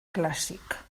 clàssic